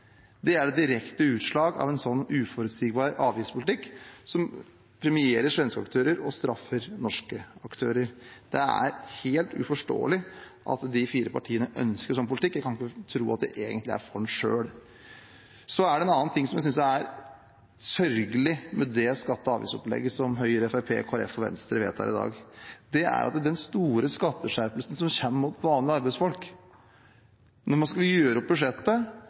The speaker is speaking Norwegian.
Det er et direkte utslag av en uforutsigbar avgiftspolitikk som premierer svenske aktører og straffer norske aktører. Det er helt uforståelig at de fire partiene ønsker en slik politikk. Jeg kan ikke tro at de egentlig er for den selv. Så er det en annen ting jeg synes er sørgelig med det skatte- og avgiftsopplegget som Høyre, Fremskrittspartiet, Kristelig Folkeparti og Venstre vedtar i dag. Det er de store skatteskjerpelsene som kommer for vanlige arbeidsfolk. Da man skulle gjøre opp budsjettet,